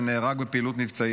ונהרג בפעילות מבצעית.